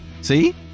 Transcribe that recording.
see